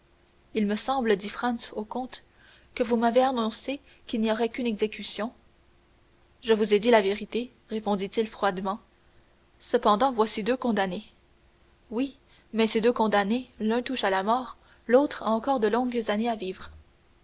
il me semble dit franz au comte que vous m'avez annoncé qu'il n'y aurait qu'une exécution je vous ai dit la vérité répondit-il froidement cependant voici deux condamnés oui mais de ces deux condamnés l'un touche à la mort et l'autre a encore de longues années à vivre